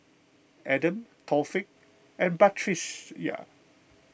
Adam Taufik and Batrisya